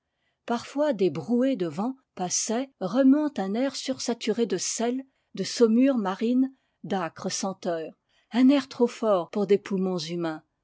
parfois des brouées de vent passaient remuant un air sursaturé de sel de saumure marine d'âcres senteurs un air trop fort pour des poumons humains